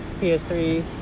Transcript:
PS3